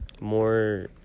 more